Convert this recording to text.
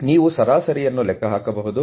ಆದ್ದರಿಂದ ನೀವು ಸರಾಸರಿಯನ್ನು ಲೆಕ್ಕ ಹಾಕಬಹುದು